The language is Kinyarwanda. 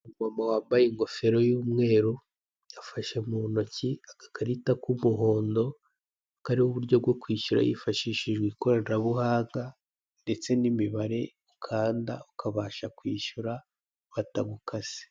Umuntu wambaye ingofero y'umweru afashe mu ntoki agakarita k'umuhondo kariho uburyo bwo kwishyura yifashishije ikoranabuhanga ndetse n'imibare ukanda ukabasha kwishyura batagukase.